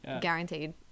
Guaranteed